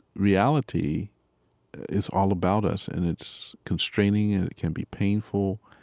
reality is all about us and it's constraining and it can be painful.